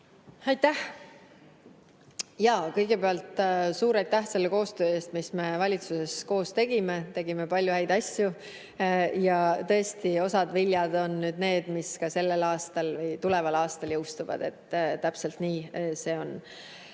Aitäh! Jaa, kõigepealt suur aitäh selle koostöö eest, mida me valitsuses tegime. Tegime palju häid asju. Tõesti, osa vilju on need, mis sellel aastal või tuleval aastal jõustuvad. Täpselt nii see on.